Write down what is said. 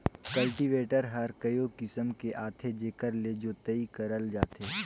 cultivator हर कयो किसम के आथे जेकर ले जोतई करल जाथे